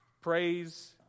Praise